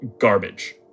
garbage